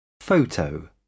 Photo